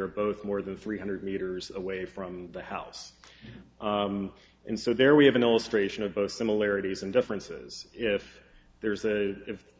are both more than three hundred meters away from the house and so there we have an illustration of both similarities and differences if there is a